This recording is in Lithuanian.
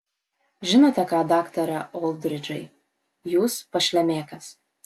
žinote ką daktare oldridžai jūs pašlemėkas